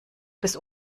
bis